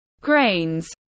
grains